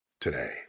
today